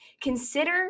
consider